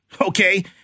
okay